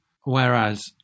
Whereas